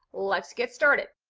let's get started.